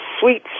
sweet